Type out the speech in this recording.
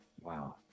Wow